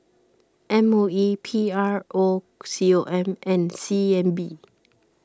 M O E P R O C O M and C N B